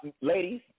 Ladies